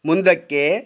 ಮುಂದಕ್ಕೆ